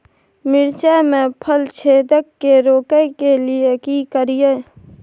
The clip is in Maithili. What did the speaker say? मिर्चाय मे फल छेदक के रोकय के लिये की करियै?